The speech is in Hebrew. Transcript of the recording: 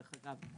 דרך אגב.